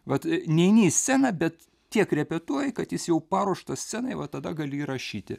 vat neini į sceną bet tiek repetuoji kad jis jau paruoštas scenai va tada gali įrašyti